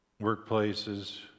workplaces